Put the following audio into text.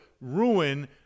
ruin